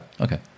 okay